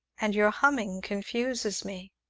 and your humming confuses me.